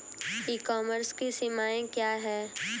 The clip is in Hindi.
ई कॉमर्स की सीमाएं क्या हैं?